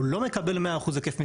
הוא לא מקבל 100% היקף משרה.